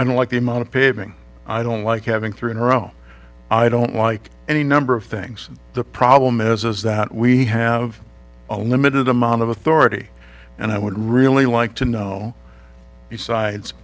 i don't like the amount of paving i don't like having three in her own i don't like any number of things the problem is is that we have a limited amount of authority and i would really like to know